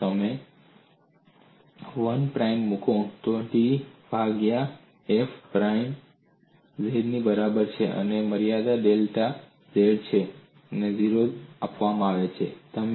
જો તમે 1 પ્રાઇમ મૂકો તો તે dz ભાગ્યા f પ્રાઇમ z ની બરાબર છે મર્યાદા ડેલ્ટા z ને 0 તરીકે આપવામાં આવે છે